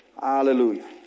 Hallelujah